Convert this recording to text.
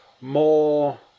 more